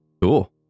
Cool